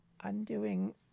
undoing